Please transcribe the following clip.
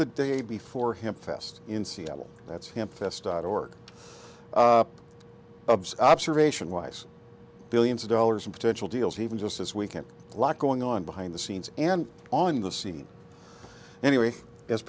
the day before him fest in seattle that's him fest dot org observation wise billions of dollars in potential deals even just this weekend lot going on behind the scenes and on the scene anyway as